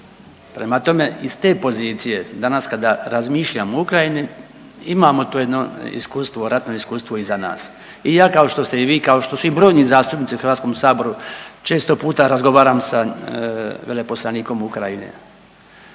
Prema tome, iz te pozicije danas kada razmišljamo o Ukrajini imamo tu jedno iskustvo, ratno iskustvo iza nas. I ja kao što ste i vi kao što su i brojni zastupnici u HS-u često puta razgovaram sa veleposlanikom Ukrajine